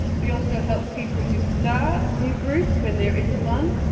we also help people to start new groups when there isn't one,